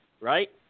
right